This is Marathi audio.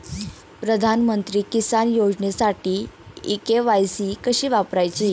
प्रधानमंत्री किसान योजनेसाठी इ के.वाय.सी कशी करायची?